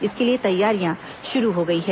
इसके लिए तैयारियां शुरू हो गई हैं